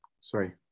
sorry